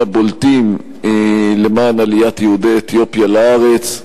ברוך היה מהפעילים הבולטים למען עליית יהודי אתיופיה לארץ.